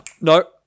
No